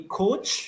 coach